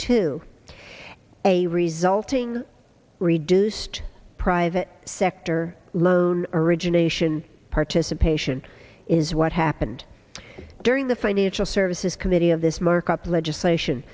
a resulting reduced private sector loan origination participation is what happened during the financial services committee of this markup legislation